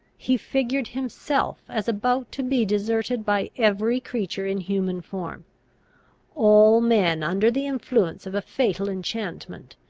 he figured himself as about to be deserted by every creature in human form all men, under the influence of a fatal enchantment,